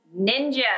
Ninja